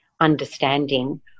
understanding